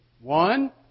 One